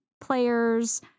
players